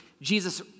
Jesus